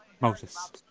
Moses